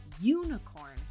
unicorn